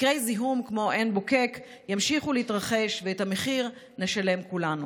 מקרי זיהום כמו בעין בוקק ימשיכו להתרחש ואת המחיר נשלם כולנו.